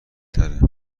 تره